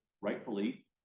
rightfully